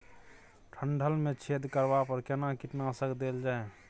डंठल मे छेद करबा पर केना कीटनासक देल जाय?